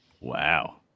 Wow